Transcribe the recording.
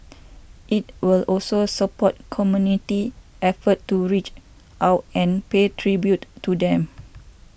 it will also support community efforts to reach out and pay tribute to them